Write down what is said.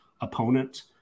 opponent